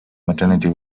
maternity